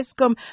ESCOM